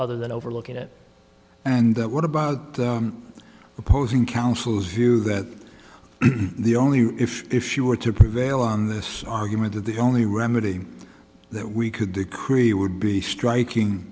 other than overlooking it and that what about the opposing counsel's view that the only if if she were to prevail on this argument that the only remedy that we could decree would be striking